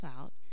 out